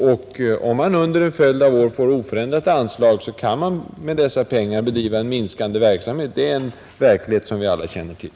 Om man under en följd av år får oförändrat anslag kan man med dessa pengar endast bedriva en minskande verksamhet — det är en verklighet som vi alla känner till.